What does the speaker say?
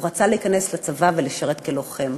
הוא רצה להיכנס לצבא ולשרת כלוחם.